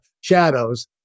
shadows